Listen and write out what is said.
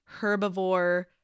herbivore